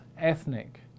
ethnic